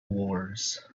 wars